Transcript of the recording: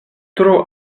tro